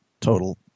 total